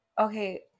Okay